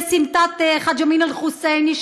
לסמטת חאג' אמין אל חוסייני,